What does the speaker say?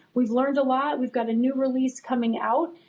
we've learned a lot. we've got a new release coming out.